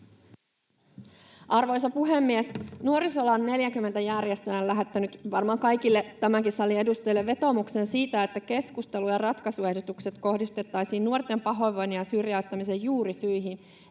Arvoisa puhemies! Nuorisoalan 40 järjestöä on lähettänyt varmaan kaikille tämänkin salin edustajille vetoomuksen siitä, että keskustelu ja ratkaisuehdotukset kohdistettaisiin nuorten pahoinvoinnin ja syrjäyttämisen juurisyihin